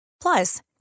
Plus